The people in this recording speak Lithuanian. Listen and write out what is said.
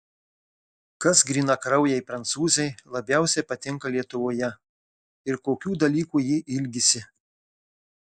kas grynakraujei prancūzei labiausiai patinka lietuvoje ir kokių dalykų ji ilgisi